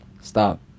Stop